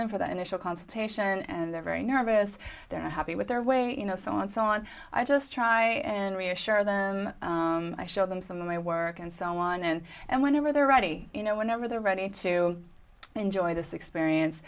in for the initial consultation and they're very nervous they're not happy with their way you know so and so on i just try and reassure them i show them some of my work and so on and and whenever they're ready you know whenever they're ready to enjoy this experience